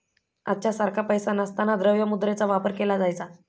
आजच्या सारखा पैसा नसताना द्रव्य मुद्रेचा वापर केला जायचा